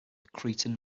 cretan